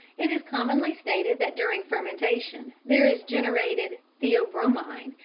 it is commonly stated that during fermentation there is generated theobromine,